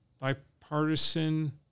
bipartisan